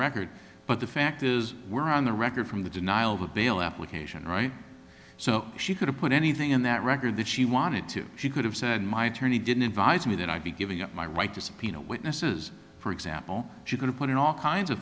record but the fact is we're on the record from the denial of a bail application right so she could have put anything in that record that she wanted to she could have said my attorney didn't advise me that i'd be giving up my right to subpoena witnesses for example she going to put in all kinds of